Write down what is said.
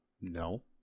no